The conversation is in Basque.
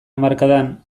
hamarkadan